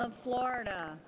of florida